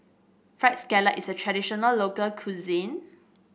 fried scallop is a traditional local cuisine